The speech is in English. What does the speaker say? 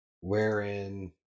Wherein